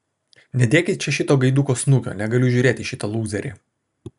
nedėkit čia šito gaiduko snukio negaliu žiūrėti į šitą lūzerį